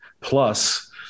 plus